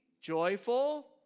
joyful